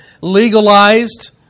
legalized